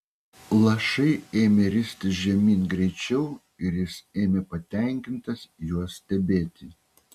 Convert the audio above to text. lašai ėmė ristis žemyn greičiau ir jis ėmė patenkintas juos stebėti